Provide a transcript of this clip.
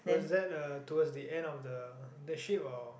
was that uh towards the end of the internship or